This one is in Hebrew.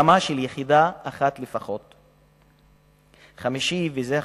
ברמה של יחידה אחת לפחות, 5. וזה החשוב,